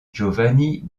giovanni